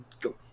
go